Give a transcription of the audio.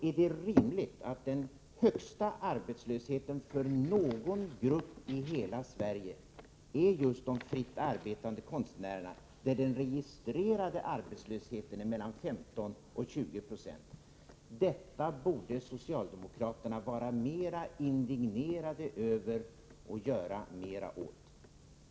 Är det rimligt att just de fritt arbetande konstnärerna har den högsta arbetslösheten av alla grupper i Sverige? Den registrerade arbetslösheten för dem är mellan 15 och 20 26. Det borde socialdemokraterna vara mer indignerade över och göra mer åt.